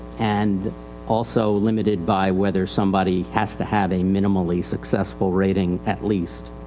and also limited by whether somebody has to have a minimally successful rating at least.